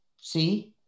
See